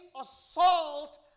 assault